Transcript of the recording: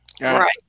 Right